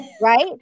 Right